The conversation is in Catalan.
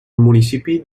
municipi